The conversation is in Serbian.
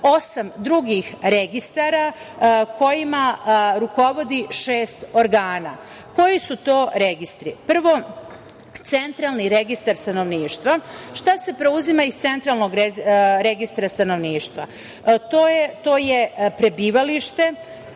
osam drugih registara kojima rukovodi šest organa. Koji su to registri? Prvo, Centralni registar stanovništva. Šta se preuzima iz Centralnog registra stanovništva? To je prebivalište,